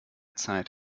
zeit